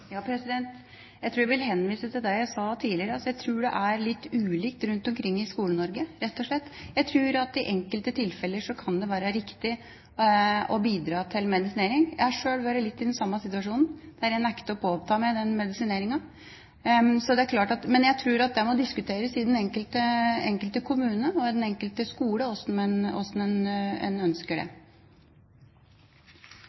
Jeg tror jeg vil henvise til det jeg sa tidligere: Jeg tror det er litt ulikt rundt omkring i Skole-Norge, rett og slett. Jeg tror at i enkelte tilfeller kan det være riktig å bidra til medisinering. Jeg har sjøl vært litt i den samme situasjonen, der jeg nektet å påta meg medisineringen. Men jeg tror at det må diskuteres i den enkelte kommune og på den enkelte skole hvordan en